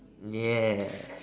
yeah